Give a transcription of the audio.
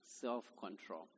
Self-control